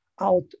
out